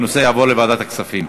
הנושא יעבור לוועדת הכספים.